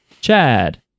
Chad